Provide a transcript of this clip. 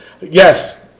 Yes